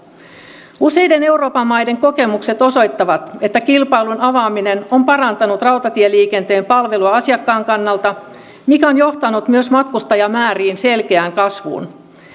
useiden euroopan maiden kokemukset osoittavat että kilpailun avaaminen on parantanut rautatieliikenteen palvelua asiakkaan kannalta mikä on johtanut myös matkustajamäärien selkeään kasvuun